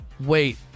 Wait